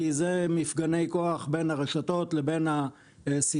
כי הוא מייצג מפגני כוח בין הרשתות לבין הסיטונאים.